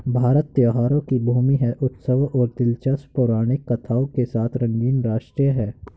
भारत त्योहारों की भूमि है, उत्सवों और दिलचस्प पौराणिक कथाओं के साथ रंगीन राष्ट्र है